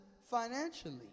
financially